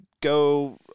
go